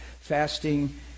Fasting